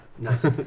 Nice